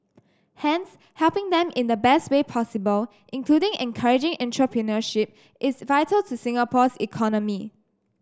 hence helping them in the best way possible including encouraging entrepreneurship is vital to Singapore's economy